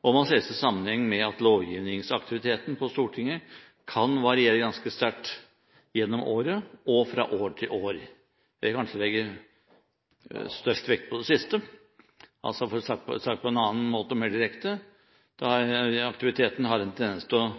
og må ses i sammenheng med at lovgivningsaktiviteten på Stortinget kan variere ganske sterkt gjennom året, og fra år til år. Jeg vil kanskje legge størst vekt på det siste. Sagt på en annen måte, og mer direkte – aktiviteten har en